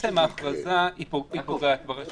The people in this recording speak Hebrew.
אני מסכים, ולכן יש הבחנה בין המסלולים.